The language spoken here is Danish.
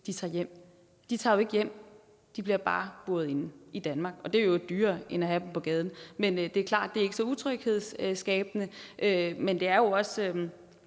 De tager jo ikke hjem. De bliver bare buret inde i Danmark, og det er i øvrigt dyrere end at have dem på gaden. Det er klart, at det ikke er så utryghedsskabende, men jeg synes